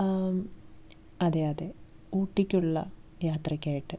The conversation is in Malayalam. ആം അതെ അതെ ഊട്ടിക്കുള്ള യാത്രയ്ക്കായിട്ട്